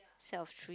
set of three